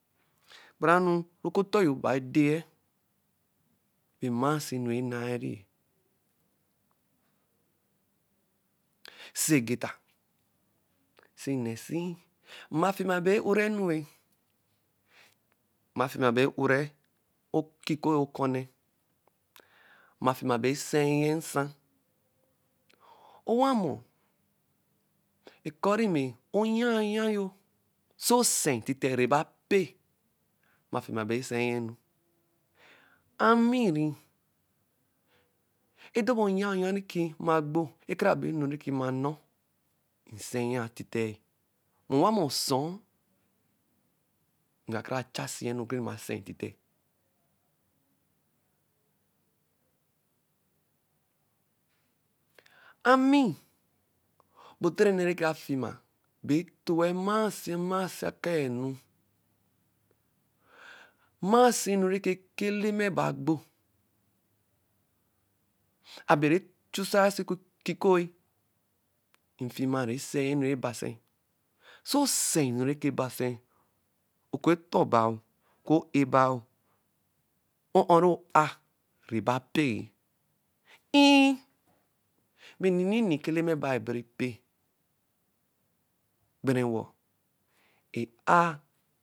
Kpara enu no oku ɔtɔɔ yo na ede-e bɛ mmasi enu naa-rie. Ose-e egeta ose nne se-in, mma fema bɛ e-ora enu-e. mma fema bɛ orɛ-ɛ okikoyi ɔkɔnẹ. Mma fema bẹ sɛ-ɛ nsa. Owamɔ. ekɔri mɛ oyanya yo, sɛ ɔsɛ-ɛ titɛ, rɛba pẹ. Mma fema bẹ sẹ-ɛ onu. Ami-ri, ɛdɔbɔ oyãyã nɛkɛ mma gbo, ekarabew enu nɛkɛ mma nɔ, nsɛya titɛ-ɛ. Owamɔ, ɔsɔɔ ngakara cha siɛ enu kunẹ ni mma sɛ-ɛ titɛ. Ami, bɛ otoro onɛ ni mafima bɛ tu-e mmasi, mmasi akaa enu. Mmasi enu neke oku Eleme nagbo:abe ne chusaa oso okikoi, nfema-a bɛ ese-e enu rẹ basɛ. Sɔ ɔse-e enu rɛ kɛ basɛ, oku ɔtor baa, oku o-e baa, o-o rɔ a rɛba pẹ-ɛ. Err, mi ninini ɛka Eleme bai abere pɛ, gbere wɔr? E-a.